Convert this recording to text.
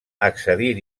accedir